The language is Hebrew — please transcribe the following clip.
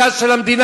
הגז של המדינה?